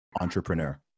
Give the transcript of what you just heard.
entrepreneur